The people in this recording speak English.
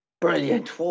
Brilliant